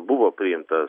buvo priimtas